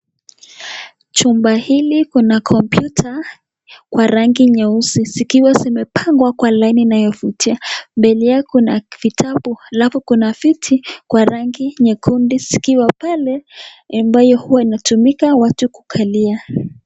Jumba hili kuna kompyuta kwa rangi nyeusi, zikiwa zimepangwa kwa laini inayovutia, mbele yao kuna vitabu, alafu kuna viti kwa rangi nyekundu, zikiwa pale ambayo huwa inatumika watu kukalia.